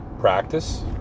practice